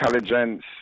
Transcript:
intelligence